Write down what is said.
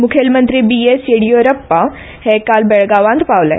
मुखेलमंत्री बिएस येडीयूरप्पा हे काल बेळगांवां पावले